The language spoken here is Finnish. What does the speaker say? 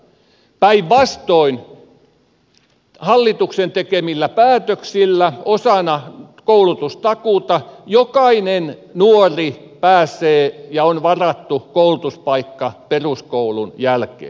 päinvastoin hallituksen tekemillä päätöksillä osana koulutustakuuta jokainen nuori pääsee koulutukseen ja on varattu koulutuspaikka peruskoulun jälkeen